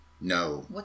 No